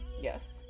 Yes